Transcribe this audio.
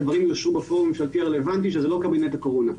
הדברים יאושרו בפורום הממשלתי הרלוונטי שזה לא קבינט הקורונה.